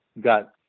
got